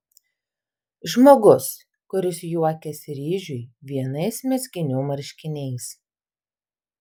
žmogus kuris juokiasi ryžiui vienais mezginių marškiniais